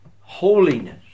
holiness